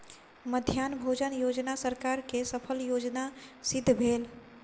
मध्याह्न भोजन योजना सरकार के सफल योजना सिद्ध भेल